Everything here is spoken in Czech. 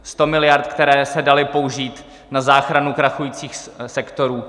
Sto miliard, které se daly použít na záchranu krachujících sektorů.